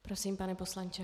Prosím, pane poslanče.